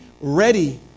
ready